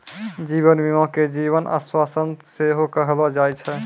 जीवन बीमा के जीवन आश्वासन सेहो कहलो जाय छै